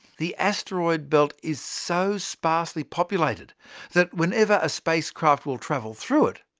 the asteroid belt is so sparsely populated that whenever a spacecraft will travel through it,